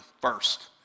first